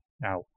now